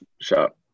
shot